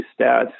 stats